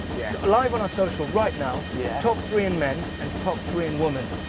yeah so live on our social right now, yeah top three in men's and top three in women's.